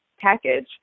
package